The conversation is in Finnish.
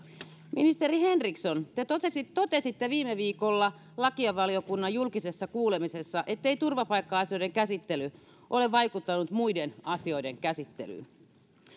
ministeri henriksson te totesitte totesitte viime viikolla lakivaliokunnan julkisessa kuulemisessa ettei turvapaikka asioiden käsittely ole vaikuttanut muiden asioiden käsittelyyn